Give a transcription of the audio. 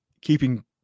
keeping